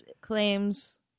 claims